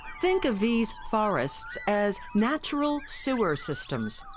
think of these forests as natural sewer systems.